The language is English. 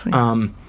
um,